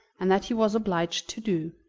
and that he was obliged to do.